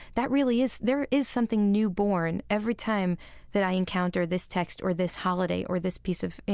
that really is, there is something new born every time that i encounter this text or this holiday or this piece of,